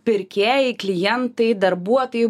pirkėjai klientai darbuotojai